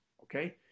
okay